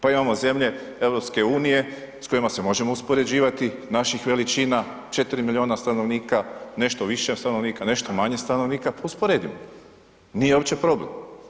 Pa imamo zemlje EU s kojima se možemo uspoređivati, naših veličina, 4 milijuna stanovnika, nešto više stanovnika, nešto manje stanovnika, pa usporedimo, nije uopće problem.